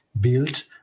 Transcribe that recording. built